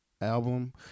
album